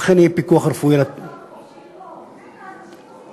אכן יהיה פיקוח רפואי, יש מצב חופשי פה?